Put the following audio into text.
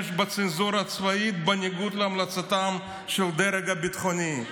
בצנזורה צבאית בניגוד להמלצתו של הדרג הביטחוני.